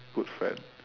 good friend